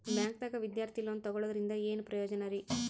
ಬ್ಯಾಂಕ್ದಾಗ ವಿದ್ಯಾರ್ಥಿ ಲೋನ್ ತೊಗೊಳದ್ರಿಂದ ಏನ್ ಪ್ರಯೋಜನ ರಿ?